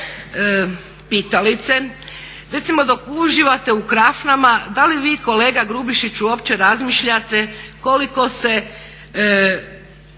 pitalice, recimo dok uživate u krafnama, da li vi kolega Grubišić uopće razmišljate koliko se